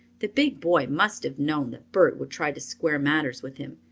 the big boy must have known that bert would try to square matters with him,